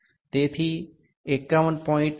તેથી 51